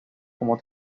como